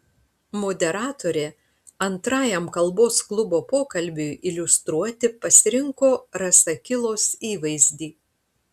moderatorė antrajam kalbos klubo pokalbiui iliustruoti pasirinko rasakilos įvaizdį